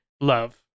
love